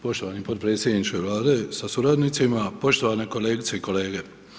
Poštovani potpredsjedniče Vlade sa suradnicima, poštovane kolegice i kolege.